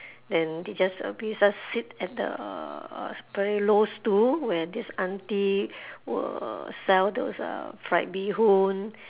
and they just we just sit at the uh very low stool where this auntie will sell those uh fried bee-hoon